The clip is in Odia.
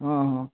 ହଁ ହଁ